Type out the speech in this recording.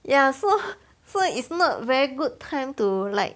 ya so so it's not very good time to like